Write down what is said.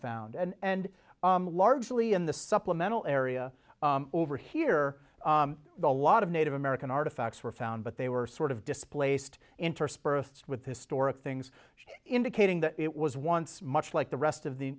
found and largely in the supplemental area over here a lot of native american artifacts were found but they were sort of displaced interspersed with historic things indicating that it was once much like the rest of the